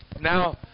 Now